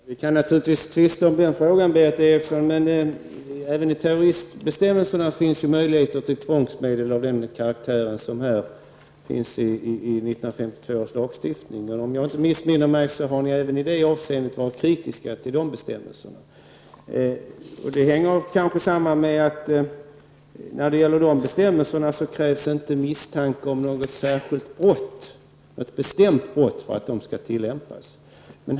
Herr talman! Vi kan naturligtvis tvista om denna fråga, Berith Eriksson, men även i terroristbestämmelserna finns det möjligheter till tvångsmedel av samma karaktär som i 1952 års lag. Om jag inte missminner mig var ni även där kritiska till bestämmelserna. Det hänger kanske samman med att i de bestämmelserna inte krävs någon misstanke om bestämt brott för att de skall kunna tillämpas.